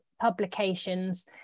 publications